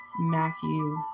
Matthew